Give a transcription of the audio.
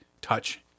touch